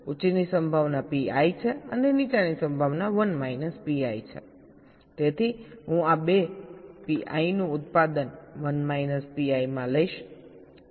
ઉચ્ચની સંભાવના Pi છે અને નીચાની સંભાવના 1 માઇનસ Pi છે તેથી હું આ બે Pi નું ઉત્પાદન 1 માઇનસ Pi માં લઈશ